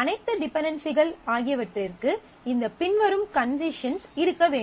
அனைத்து டிபென்டென்சிகள் ஆகியவற்றிற்கு இந்த பின்வரும் கண்டிஷன்ஸ் இருக்க வேண்டும்